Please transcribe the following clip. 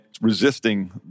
resisting